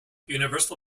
universal